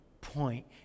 point